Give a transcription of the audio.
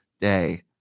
day